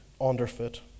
underfoot